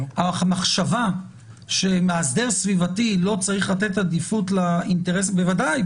המחשבה שמאסדר סביבתי לא צריך לתת עדיפות לאינטרס הסביבתי בוודאי,